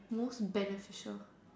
most beneficial